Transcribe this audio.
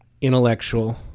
intellectual